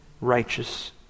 righteous